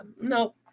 no